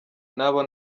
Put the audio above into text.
nabo